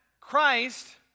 Christ